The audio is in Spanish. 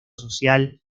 social